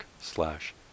slash